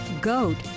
goat